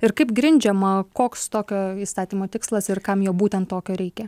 ir kaip grindžiama koks tokio įstatymo tikslas ir kam jo būtent tokio reikia